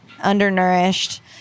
undernourished